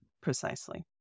Precisely